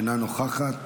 אינה נוכחת,